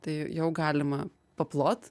tai jau galima paplot